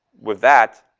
with that,